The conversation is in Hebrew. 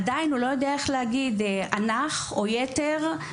עדיין צריך להכיר מושגים דוגמת: "אנך" או-"יתר" וכולי.